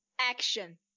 action